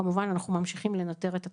כמובן, אנחנו ממשיכים לנטר את התחלואה.